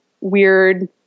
weird